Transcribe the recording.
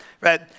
Right